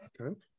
okay